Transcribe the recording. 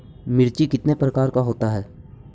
मिर्ची कितने प्रकार का होता है?